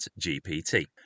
GPT